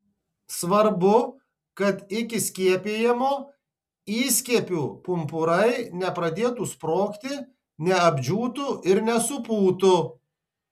svarbu kad iki skiepijimo įskiepių pumpurai nepradėtų sprogti neapdžiūtų ir nesupūtų